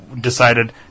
decided